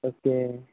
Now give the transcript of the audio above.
okay